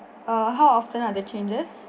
err how often are the changes